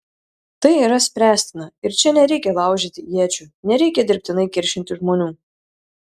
tai yra spręstina ir čia nereikia laužyti iečių nereikia dirbtinai kiršinti žmonių